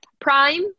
Prime